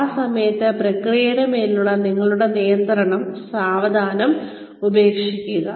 ആ സമയത്ത് പ്രക്രിയയുടെ മേലുള്ള നിങ്ങളുടെ നിയന്ത്രണം സാവധാനം ഉപേക്ഷിക്കുക